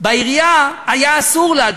מהעירייה היה אסור לה,